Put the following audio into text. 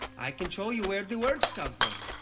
i can show you where the words come from.